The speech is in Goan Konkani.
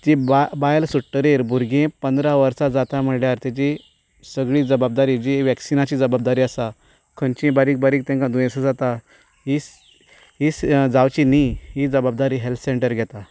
ती बायल सुट्टगेर भुरगें पंदरा वर्सां जाता म्हणल्यार तेजी सगली जबाबदारी वॅक्सिनाची जबाबदारी आसा खंयचीं बारीक बारीक तेंकां दुयेंसां जाता ही ही जावची न्ही ही जबाबदारी हेल्त सेंटर घेता